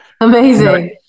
Amazing